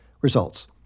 Results